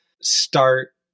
start